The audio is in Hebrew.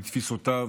מתפיסותיו,